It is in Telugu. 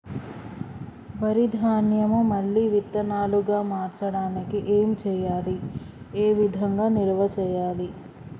వరి ధాన్యము మళ్ళీ విత్తనాలు గా మార్చడానికి ఏం చేయాలి ఏ విధంగా నిల్వ చేయాలి?